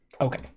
Okay